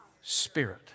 spirit